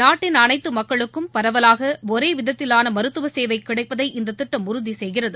நாட்டின் அனைத்து மக்களுக்கும் பரவலாக ஒரே விதத்திவான மருத்துவ சேவை கிடைப்பதை இத்திட்டம் உறுதி செய்கிறது